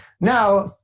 now